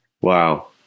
Wow